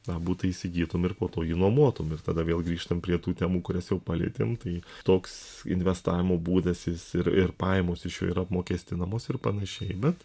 tą butą įsigytum ir po to jį nuomotum ir tada vėl grįžtam prie tų temų kurias jau palietėm tai toks investavimo būdas jis ir ir pajamos iš jo yra apmokestinamos ir panašiai bet